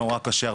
נורא קשה,